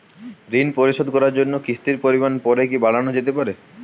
ঋন পরিশোধ করার জন্য কিসতির পরিমান পরে কি বারানো যেতে পারে?